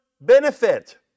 benefit